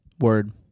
Word